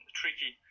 tricky